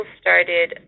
started